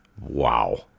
wow